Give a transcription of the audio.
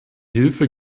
hilfe